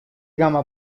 gama